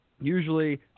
Usually